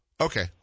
Okay